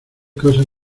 cosas